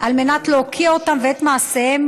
על מנת להוקיע אותם ואת מעשיהם,